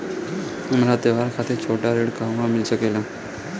हमरा त्योहार खातिर छोटा ऋण कहवा मिल सकेला?